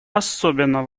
особенно